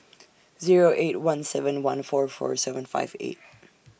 Zero eight one seven one four four seven five eight